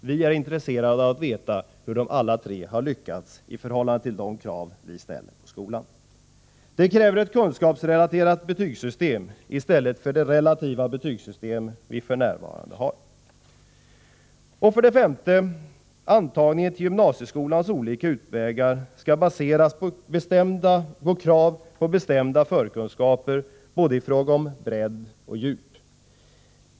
Vi är intresserade av att veta hur de alla tre har lyckats i förhållande till de krav skolan ställer på dem. Detta kräver ett kunskapsrelaterat betygsystem i stället för det relativa betygsystem vi f.n. har. 5. Antagningen till gymnasieskolans olika utbildningsvägar skall baseras på krav på bestämda förkunskaper i fråga om både bredd och djup.